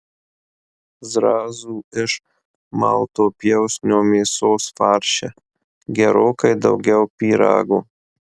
zrazų iš malto pjausnio mėsos farše gerokai daugiau pyrago